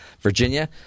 Virginia